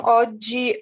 oggi